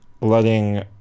letting